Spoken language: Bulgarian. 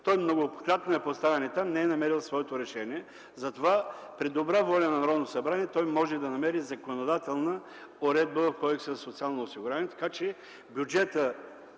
многократно е поставян и не е намерил своето решение, затова при добра воля на Народното събрание може да намери законодателна уредба в Кодекса за социално осигуряване, така че бюджетът